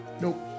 Nope